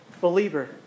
Believer